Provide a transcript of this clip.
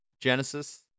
Genesis